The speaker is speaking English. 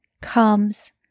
comes